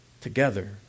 Together